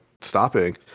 stopping